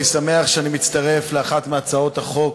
אני שמח שאני מצטרף לאחת מהצעות החוק